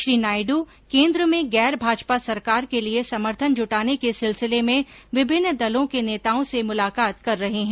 श्री नायड् केन्द्र में गैर भाजपा सरकार के लिए समर्थन जुटाने के सिलसिले में विभिन्न दलों के नेताओं से मुलाकात कर रहे हैं